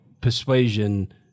persuasion